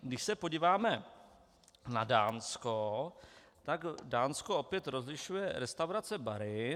Když se podíváme na Dánsko, tak Dánsko opět rozlišuje restaurace bary.